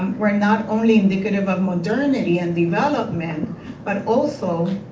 were not only indicative of modernity and development but also